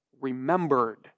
remembered